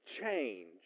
change